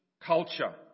culture